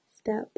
step